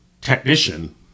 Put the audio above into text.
technician